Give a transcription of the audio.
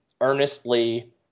earnestly